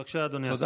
בבקשה, אדוני השר.